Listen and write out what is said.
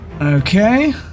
okay